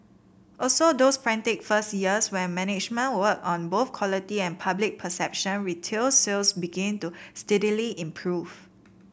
after those frantic first years when management worked on both quality and public perception retail sales began to steadily improve